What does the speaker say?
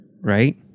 Right